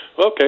Okay